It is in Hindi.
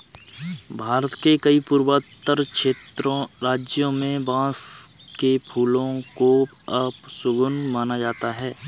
भारत के कई पूर्वोत्तर राज्यों में बांस के फूल को अपशगुन माना जाता है